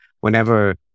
whenever